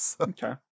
Okay